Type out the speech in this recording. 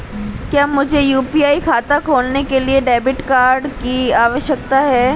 क्या मुझे यू.पी.आई खाता खोलने के लिए डेबिट कार्ड की आवश्यकता है?